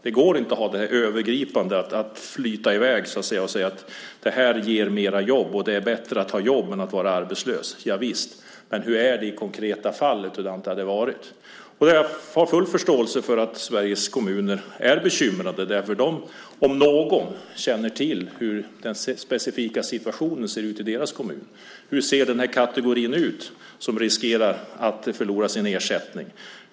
Det går inte att ha detta övergripande perspektiv, flyta i väg och säga att det ger mer jobb och att det är bättre att ha jobb än att vara arbetslös. Visst, men hur är det i det konkreta fallet? Jag har full förståelse för att Sveriges kommuner är bekymrade, för de om några vet hur den specifika situationen ser ut i kommunerna. Hur ser den kategori ut som riskerar att förlora sin ersättning?